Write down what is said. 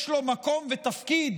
יש מקום ותפקיד